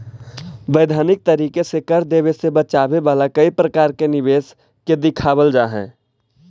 वैधानिक तरीके से कर देवे से बचावे वाला कई प्रकार के निवेश के दिखावल जा हई